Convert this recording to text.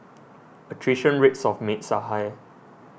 attrition rates of maids are high